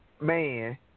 man